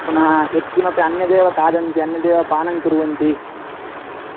पुनः यत्किमपि अन्यदेव खादन्ति अन्यदेव पानं कुर्वन्ति